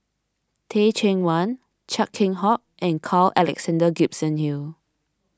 Teh Cheang Wan Chia Keng Hock and Carl Alexander Gibson Hill